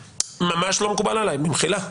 ממש לא מקובל עליי, במחילה.